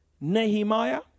nehemiah